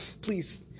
please